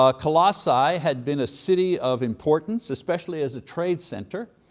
ah colossae had been a city of importance, especially as a trade center,